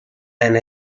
and